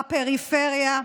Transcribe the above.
בפריפריה.